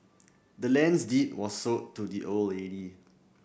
the land's deed was sold to the old lady